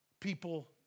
people